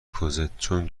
کوزتچون